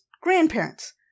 grandparents